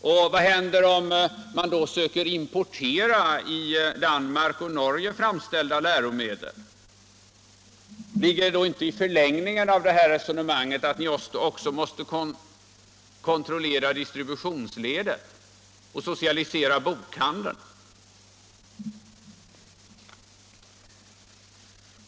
Och vad händer om man försöker importera i Danmark och Norge framställda läromedel? Ligger det inte i förlängningen av det här resonemanget att ni också måste kontrollera distributionsledet och därför socialisera bokhandeln?